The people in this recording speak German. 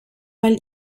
weil